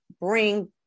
bring